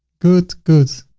good. good.